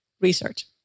Research